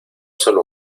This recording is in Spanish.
solo